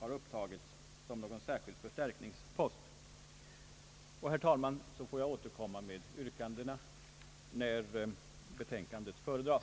har upptagits som någon särskild förstärkningspost i folkpartiets budget. Herr talman! Jag får återkomma med yrkandena när betänkandena föredras.